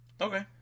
Okay